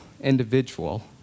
individual